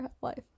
life